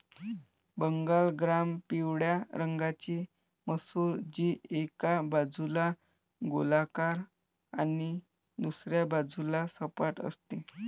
Bengal gram पिवळ्या रंगाची मसूर, जी एका बाजूला गोलाकार आणि दुसऱ्या बाजूला सपाट असते